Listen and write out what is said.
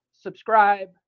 subscribe